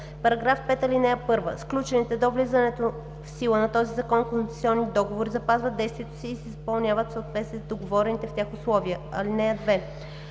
на § 5: „§ 5. (1) Сключените до влизането в сила на този закон концесионни договори запазват действието си и се изпълняват в съответствие с договорените в тях условия. (2)